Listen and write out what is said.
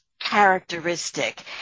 characteristic